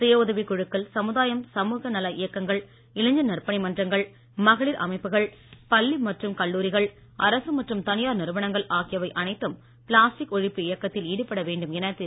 சுய உதவிக் குழுக்கள் சமுதாயம் சமுக நல இயக்கங்கள் இளைஞர் மன்றங்கள் மகளிர் அமைப்புக்கள் பள்ளி மற்றும் கல்லூரிகள் அரசு மற்றும் தனியார் நிறுவனங்கள் ஆகியவை அனைத்தும் பிளாஸ்டிக் ஒழிப்பு இயக்கத்தில் ஈடுபட வேண்டும் என திரு